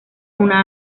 una